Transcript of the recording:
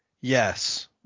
yes